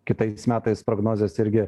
kitais metais prognozės irgi